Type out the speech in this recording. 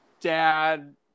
dad